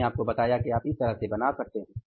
मैंने आपको बताया कि आप इस तरह से बना सकते हैं